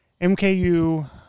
MKU